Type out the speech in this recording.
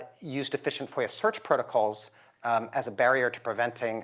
use deficient foia search protocols as a barrier to preventing